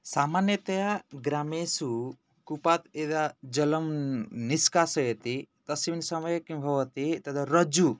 सामान्यतया ग्रामेषु कूपात् यदा जलं निश्कासयति तस्मिन् समये किं भवति तद् रज्जु